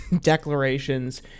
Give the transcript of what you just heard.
declarations